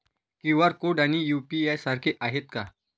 QR code आणि UPI सारखे आहेत का?